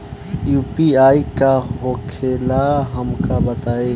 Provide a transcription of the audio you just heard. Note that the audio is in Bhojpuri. यू.पी.आई का होखेला हमका बताई?